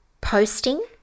posting